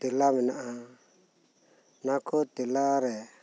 ᱛᱮᱞᱟ ᱢᱮᱱᱟᱜᱼᱟ ᱚᱱᱟ ᱠᱚ ᱛᱮᱞᱟᱨᱮ